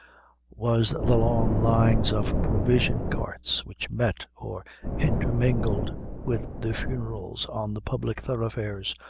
was the long lines of provision carts which met or intermingled with the funerals on the public thoroughfares,